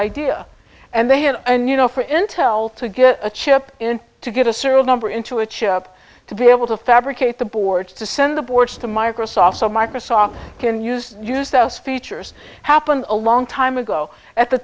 idea and they had and you know for intel to get a chip in to get a serial number into a chip to be able to fabricate the boards to send the boards to microsoft so microsoft can use use those features happen a long time ago at the